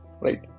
right